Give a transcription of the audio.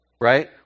right